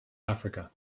africa